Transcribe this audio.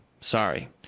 sorry